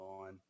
on